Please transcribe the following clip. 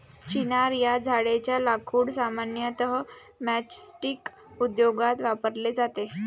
चिनार या झाडेच्या लाकूड सामान्यतः मैचस्टीक उद्योगात वापरले जाते